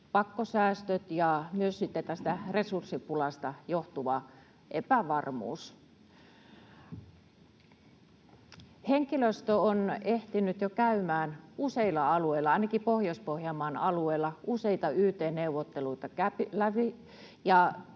pakkosäästöt ja myös sitten tästä resurssipulasta johtuva epävarmuus. Henkilöstö on ehtinyt jo käymään useilla alueilla, ainakin Pohjois-Pohjanmaan alueella, useita yt-neuvotteluita läpi,